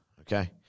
okay